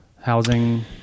housing